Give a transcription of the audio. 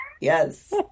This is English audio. yes